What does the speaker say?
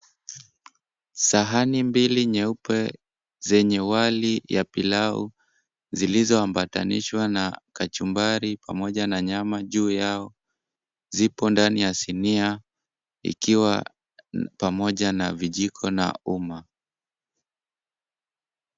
Sahani mbili nyeupe zenye wali ya pilau zilizoambatanishwa na kachumbari pamoja na nyama juu yao, zipo ndani ya sinia ikiwa pamoja na vijiko na umma.